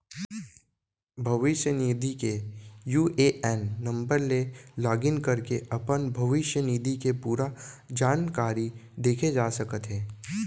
भविस्य निधि के यू.ए.एन नंबर ले लॉगिन करके अपन भविस्य निधि के पूरा जानकारी देखे जा सकत हे